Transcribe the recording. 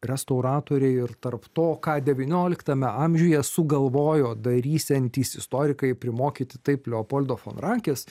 restauratoriai ir tarp to ką devynioliktame amžiuje sugalvojo darysiantys istorikai primokyti taip leopoldo fon rankes